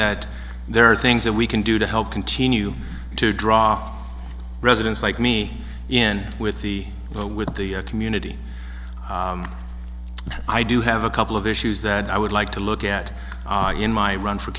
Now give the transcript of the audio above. that there are things that we can do to help continue to draw residents like me in with the well with the community i do have a couple of issues that i would like to look at in my run for